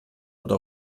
oder